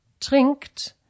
trinkt